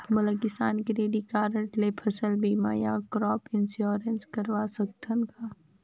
मोला किसान credit card ले फसल बीमा या क्रॉप इंश्योरेंस करवा सकथ हे कतना?